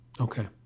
Okay